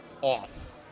off